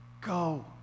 go